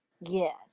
Yes